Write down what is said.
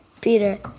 Peter